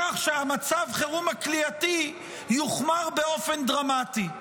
כך שמצב החירום הכליאתי יוחמר באופן דרמטי,